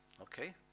Okay